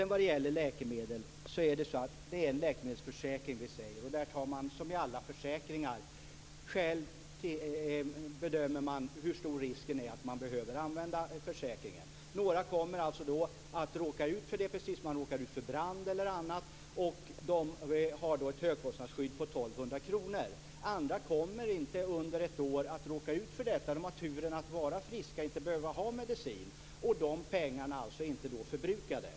När det gäller den läkemedelsförsäkring som vi talar om bedömer man själv, precis som i fråga om alla försäkringar, hur stor risken är att man behöver använda försäkringen. Några kommer att råka ut för det, precis som man kan råka ut för brand exempelvis. Då har man ett högkostnadsskydd på 1 200 kr. Andra däremot kommer inte under ett år att råka ut för detta. De har turen att vara friska och inte behöva medicin. De pengarna är då alltså inte förbrukade.